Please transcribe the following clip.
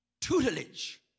tutelage